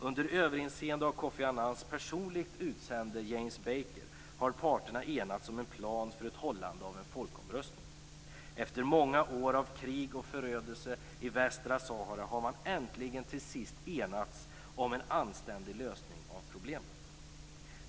Under överinseende av Kofi Annans personligt utsände, James Baker, har parterna enats om ett plan för hållande av folkomröstning. Efter många år av krig och förödelse i Västra Sahara har man äntligen till sist enats om en anständig lösning av problemet.